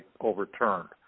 overturned